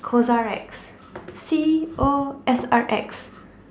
CosRX C O S R X